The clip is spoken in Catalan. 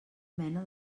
mena